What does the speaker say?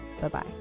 bye-bye